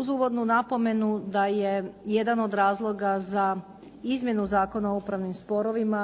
uz uvodnu napomenu da je jedan od razloga za izmjenu Zakona o upravnim sporovima,